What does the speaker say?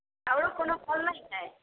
आओरो कोनो फल नहि है